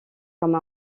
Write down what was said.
comme